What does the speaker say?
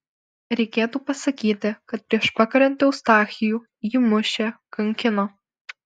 reikėtų pasakyti kad prieš pakariant eustachijų jį mušė kankino